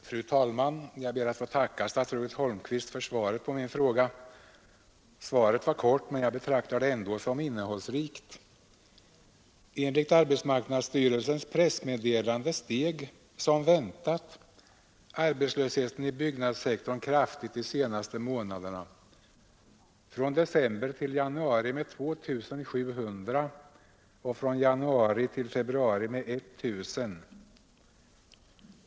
Fru talman! Jag ber att få tacka statsrådet Holmqvist för svaret på min fråga. Svaret var kort, men jag betraktar det ändå som innehållsrikt. Enligt arbetsmarknadsstyrelsens pressmeddelande steg, som väntat, arbetslösheten i byggnadssektorn kraftigt de senaste månaderna: från december till januari med 2 700 och från januari till februari med 1 000.